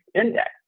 index